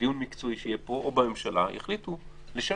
שבדיון מקצועי שיהיה פה או בממשלה יחליטו לשנות,